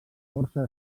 força